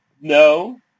no